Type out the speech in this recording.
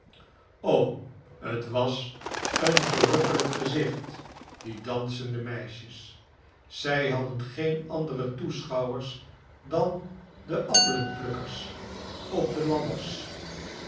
t was een verrukkelijk gezicht die dansende meisjes zij hadden geen andere toeschouwers dan de appelenplukkers op de ladders